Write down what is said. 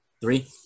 three